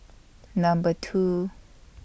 Number two